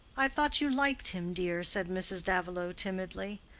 i thought you liked him, dear, said mrs. davilow, timidly.